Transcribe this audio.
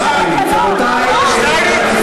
על הדוכן הזה.